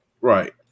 Right